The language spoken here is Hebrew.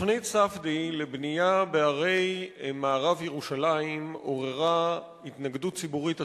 תוכנית ספדיה לבנייה בהרי מערב ירושלים עוררה התנגדות ציבורית עצומה.